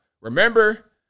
remember